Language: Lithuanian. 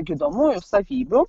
gydomųjų savybių